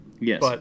Yes